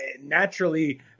naturally